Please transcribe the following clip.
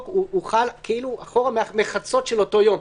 הוא חל כאילו אחורה מחצות של אותו יום.